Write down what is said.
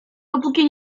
dopóki